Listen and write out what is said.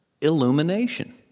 illumination